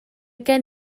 gen